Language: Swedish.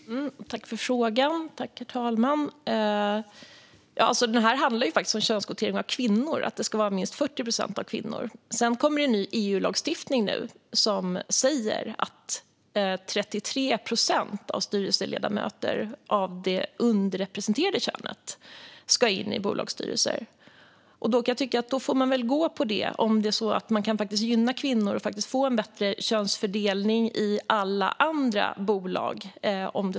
Herr talman! Tack för frågan, Martin Westmont! Det här handlar faktiskt om könskvotering av kvinnor och att minst 40 procent ska vara kvinnor. Sedan kommer det ny EU-lagstiftning som säger att personer av det underrepresenterade könet ska in i bolagsstyrelser så att de utgör 33 procent. Då får man väl gå på det, om det är så att det faktiskt kan gynna kvinnor så att vi får en bättre könsfördelning i alla andra bolag.